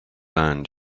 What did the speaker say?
land